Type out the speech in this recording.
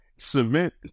cement